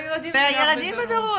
והילדים בבירור.